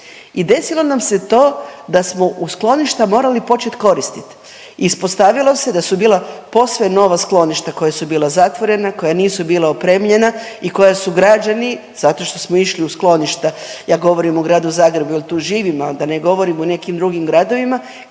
i desilo nam se to da smo u skloništa morali počet koristiti. Ispostavilo se da su bila posve nova skloništa koja su bila zatvorena, koja nisu bila opremljena i koja su građani zato što smo išli u skloništa, ja govorim o gradu Zagrebu jer tu živim, a da ne govorim o nekim drugim gradovima